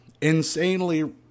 insanely